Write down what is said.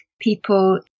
people